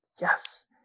yes